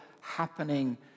happening